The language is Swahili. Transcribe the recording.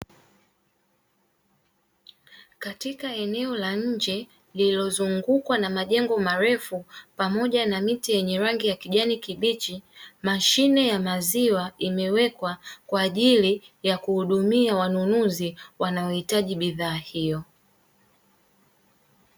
Katika eneo la nje lililozungukwa na majengo marefu pamoja na miti yenye rangi ya kijani kibichi, mashine ya maziwa imewekwa kwa ajili ya kuhudumia wanunuzi wanaohitaji bidhaa hiyo.